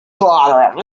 slaughter